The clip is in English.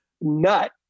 nut